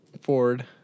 Ford